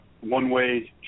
one-way